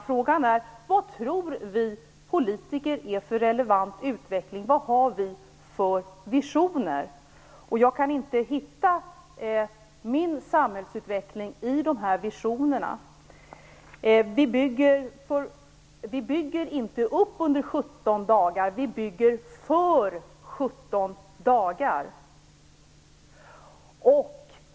Frågan är vad vi politiker anser är en relevant utveckling. Vad har vi för visioner? Jag kan inte hitta min samhällsutveckling i dessa visioner. Vi bygger inte upp under 17 dagar. Vi bygger för 17 dagar.